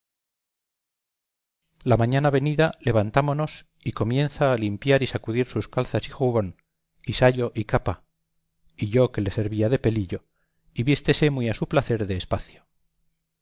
la mañana venida levantámonos y comienza a limpiar y sacudir sus calzas y jubón y sayo y capa y yo que le servía de pelillo y vístese muy a su placer de espacio